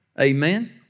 Amen